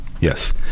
Yes